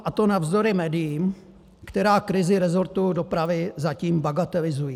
A to navzdory médiím, která krizi resortu dopravy zatím bagatelizují.